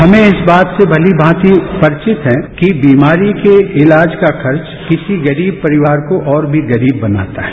हम इस बात से भली भांति परिवित हैं कि बीमारी के इलाज का खर्चकिसी गरीब परिवार को और भी गरीब बनाता है